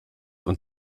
und